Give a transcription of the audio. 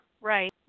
Right